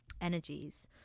energies